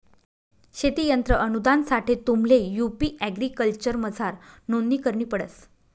शेती यंत्र अनुदानसाठे तुम्हले यु.पी एग्रीकल्चरमझार नोंदणी करणी पडस